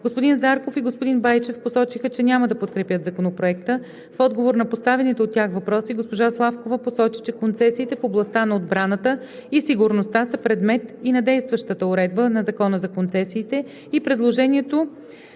Господин Зарков и господин Байчев посочиха, че няма да подкрепят Законопроекта. В отговор на поставените от тях въпроси госпожа Славкова посочи, че концесиите в областта на отбраната и сигурността са предмет и на действащата уредба на Закона за концесиите и предложението